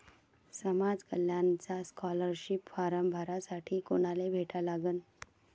समाज कल्याणचा scholarship form भरासाठी कुनाले भेटा लागन?